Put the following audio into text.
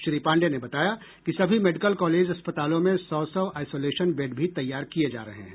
श्री पांडेय ने बताया कि सभी मेडिकल कॉलेज अस्पतालों में सौ सौ आईसोलेशन बेड भी तैयार किये जा रहे हैं